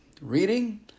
reading